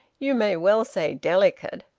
you may well say delicate.